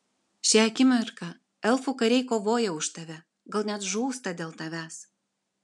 šią akimirką elfų kariai kovoja už tave gal net žūsta dėl tavęs